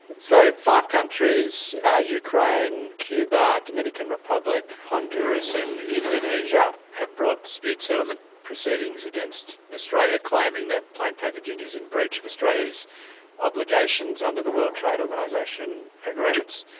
so five countries ah ukraine, cuba, dominican republic, honduras and indonesia have brought dispute settlement proceedings against australia claiming that plain packaging is in breach of australia's obligations under the world trade organisation agreements.